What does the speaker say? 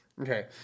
Okay